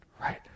right